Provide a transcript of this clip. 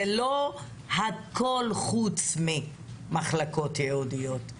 זה לא הכול חוץ ממחלקות ייעודיות.